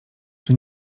czy